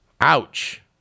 Ouch